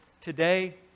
today